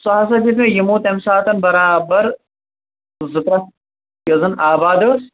سُہ حظ دیتۍ مےٚ یِموتمہِ ساتن برابر زٕ ترٛکھ یۄس زن آباد ٲس